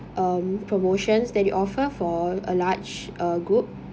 um promotions that you offer for a large uh group